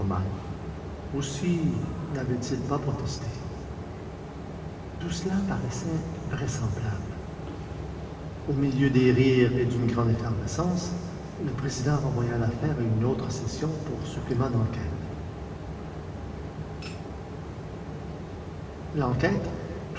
aussi n'avait-il pas protesté tout cela paraissait vraisemblable au milieu des rires et d'une grande effervescence le président renvoya l'affaire à une autre session pour supplément d'enquête l'enquête